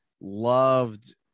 loved